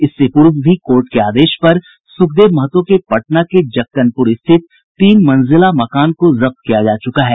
इससे पूर्व भी कोर्ट के आदेश पर सुखदेव महतो के पटना के जक्कनपुर स्थित तीन मंजिला मकान को जब्त किया जा चुका है